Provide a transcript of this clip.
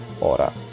order